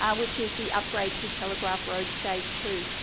um which is the upgrade to telegraph road stage two.